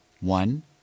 one